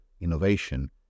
innovation